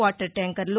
water ట్యాంకర్లు